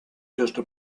just